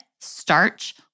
starch